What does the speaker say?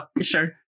Sure